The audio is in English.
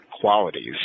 qualities